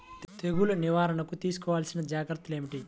తెగులు నివారణకు తీసుకోవలసిన జాగ్రత్తలు ఏమిటీ?